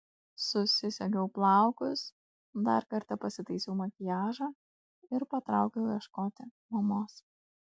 susisegiau plaukus dar kartą pasitaisiau makiažą ir patraukiau ieškoti mamos